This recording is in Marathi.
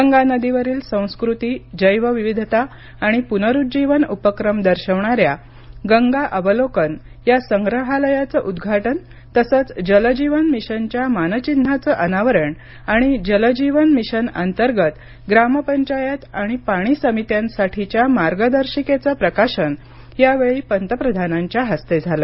गंगा नदीवरील संस्कृती जैवविविधता आणि पुनरुज्जीवन उपक्रम दर्शवणाऱ्या गंगा अवलोकन या संग्रहालयाचं उद्घाटन तसंच जल जीवन मिशनच्या मानचिन्हाचं अनावरण आणि जल जीवन मिशन अंतर्गत ग्राम पंचायत आणि पाणी समित्यांसाठीच्या मार्गदर्शिकेचं प्रकाशन यावेळी पंतप्रधानांच्या हस्ते झालं